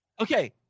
Okay